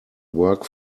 work